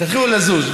תתחילו לזוז.